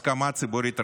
הסכמה ציבורית רחבה,